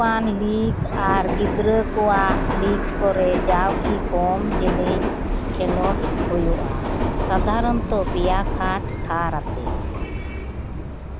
ᱨᱟᱹᱥᱠᱟᱹᱣᱟᱱ ᱞᱤᱜᱽ ᱟᱨ ᱠᱤᱫᱽᱨᱟᱹ ᱠᱚᱣᱟᱜ ᱞᱚᱜᱽ ᱠᱚᱨᱮᱜ ᱡᱟᱣᱜᱮ ᱠᱚᱢ ᱡᱟᱹᱱᱤᱪ ᱠᱷᱮᱞᱳᱰ ᱦᱩᱭᱩᱜᱼᱟ ᱥᱟᱫᱷᱟᱨᱚᱱᱚᱛᱚ ᱯᱮᱭᱟ ᱠᱷᱟᱴ ᱫᱷᱟᱨ ᱟᱛᱮᱜ